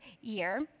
year